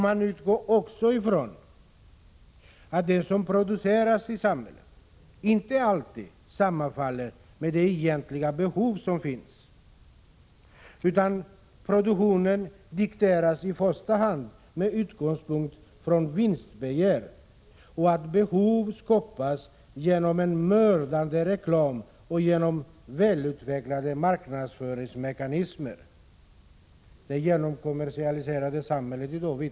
Man kan också utgå från det faktum att det som produceras i samhället inte alltid sammanfaller med de egentliga behov som finns utan dikteras med utgångspunkt från i första hand vinstbegär, och man kan utgå ifrån att behov skapas genom en mördande reklam och välutvecklade marknadsföringsmekanismer — dagens genomkommersialiserade samhälle vittnar om det.